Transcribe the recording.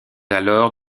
alors